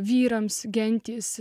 vyrams gentys